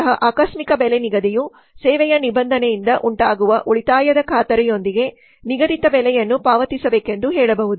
ಅಂತಹ ಆಕಸ್ಮಿಕ ಬೆಲೆ ನಿಗದಿಯು ಸೇವೆಯ ನಿಬಂಧನೆಯಿಂದ ಉಂಟಾಗುವ ಉಳಿತಾಯದ ಖಾತರಿಯೊಂದಿಗೆ ನಿಗದಿತ ಬೆಲೆಯನ್ನು ಪಾವತಿಸಬೇಕೆಂದು ಹೇಳಬಹುದು